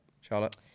Charlotte